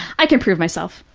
i can prove myself.